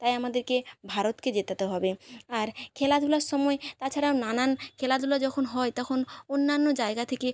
তাই আমাদেরকে ভারতকে জেতাতে হবে আর খেলাধুলার সময় তাছাড়াও নানান খেলাধুলা যখন হয় তখন অন্যান্য জায়গা থেকে